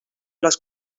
les